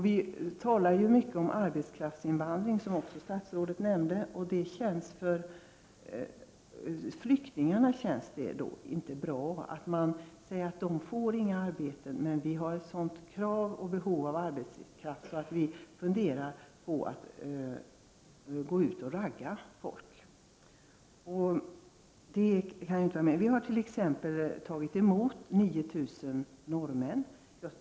Vi talar mycket om arbetskraftsinvandring, vilket också statsrådet nämnde. Det känns inte bra för flyktingarna när man säger att de inte får arbeta, när vi har sådant behov av arbetskraft att vi funderar på att gå ut och ragga folk. Det kan inte vara någon mening med det. Vi har t.ex. tagit emot 9000 norrmän.